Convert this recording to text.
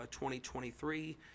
2023